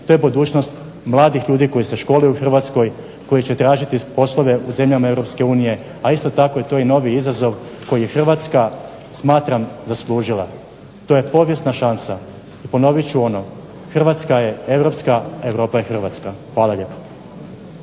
to je budućnost mladih ljudi koji se školuju u Hrvatskoj, koji će tražiti poslove u zemljama Europske unije a isto tako je to novi izazov koji je Hrvatska smatram zaslužila. To je povijesna šansa i ponoviti ću ono Hrvatska je Europska a Europa je Hrvatska. **Leko,